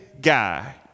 guy